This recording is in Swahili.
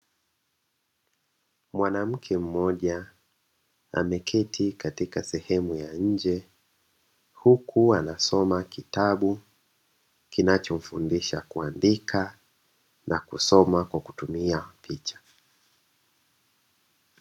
Mwanamke mmoja ameketi katika sehemu ya nje huku anasoma kitabu kinachofundisha kuandika na kusoma kwa kutumia picha.